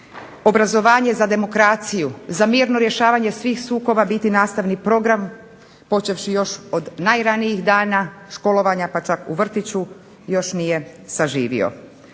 obrazovanje za demokraciju, za mirno rješavanje svih sukoba biti nastavni program počevši još od najranijih dana školovanja, pa čak u vrtiću, još nije zaživio.